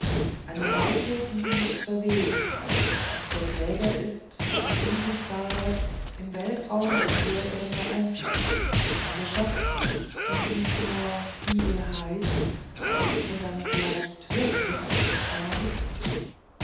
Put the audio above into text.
eine leiche die nicht verwest und der träger ist für unsichtbare im weltraum umherirrende einflüsse ein geschöpf das nicht nur spiegel heißt sondern vielleicht wirklich einer ist